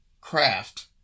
craft